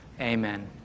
Amen